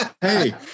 Hey